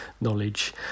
knowledge